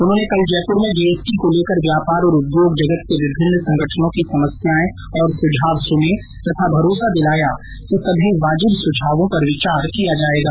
उन्होंने कल जयपुर में जीएसटी को लेकर व्यापार और उद्योग जगत के विभिन्न संगठनों की समस्याएं और सुझाव सुने तथा भरोसा दिलाया कि सभी वाजिब सुझावों पर विचार किया जायेगा